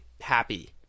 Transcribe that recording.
happy